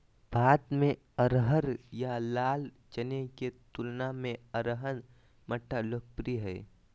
भारत में अरहर या लाल चने के तुलना में अरहर मटर लोकप्रिय हइ